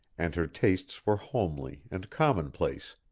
and her tastes were homely and commonplace,